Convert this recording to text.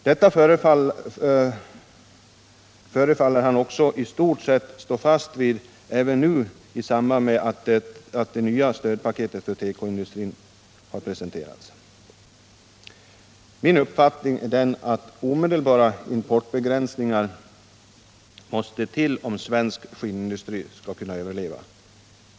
Detta förefaller han i stort sett stå fast vid även nu i samband med att det nya stödpaketet för tekoindustrin har presenterats. Min uppfattning är den att omedelbara importbegränsningar måste till om svensk skinnindustri skall kunna överleva.